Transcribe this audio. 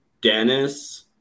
Dennis